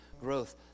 growth